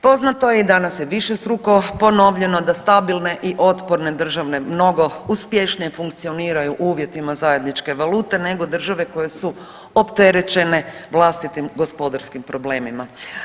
Poznato je i danas je višestruko ponovljeno da stabilne i otporne države mnogo uspješnije funkcioniraju u uvjetima zajedničke valute nego države koje su opterećene vlastitim gospodarskim problemima.